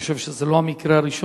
אני חושב שזה לא המקרה הראשון,